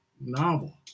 novel